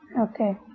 Okay